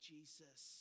Jesus